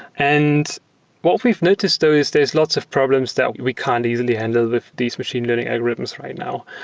and what we've noticed though is there're lots of problems that we can't easily handle with these machine learning algorithms right now.